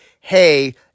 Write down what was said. hey –